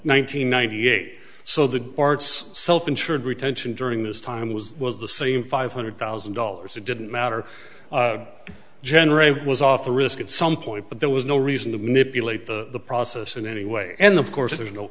hundred ninety eight so the parts self insured retention during this time was was the same five hundred thousand dollars it didn't matter generate was off the risk at some point but there was no reason to manipulate the process in any way and of course there's no